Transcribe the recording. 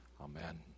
Amen